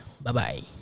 Bye-bye